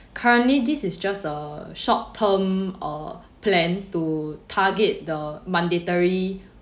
currently this is just a short term uh plan to target the mandatory